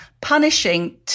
punishing